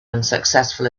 unsuccessful